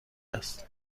است